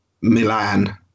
Milan